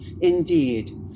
Indeed